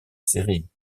série